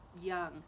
young